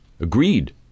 agreed